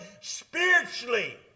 spiritually